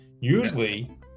usually